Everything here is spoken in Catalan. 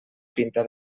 pinta